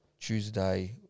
Tuesday